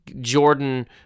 Jordan